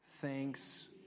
Thanks